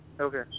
Okay